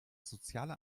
soziale